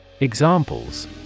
Examples